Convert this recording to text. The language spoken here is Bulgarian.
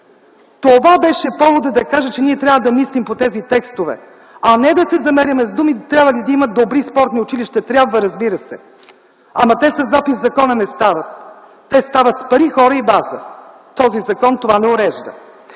Това беше поводът да кажа, че ние трябва да мислим по тези текстове, а не да се замеряме с думи – трябва ли да има добри спортни училища! Трябва, разбира се. Ама те със запис в закона не стават! Те стават с пари, хора и база. Този закон не урежда